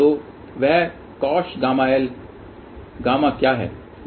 तो वह coshγl gamma क्या है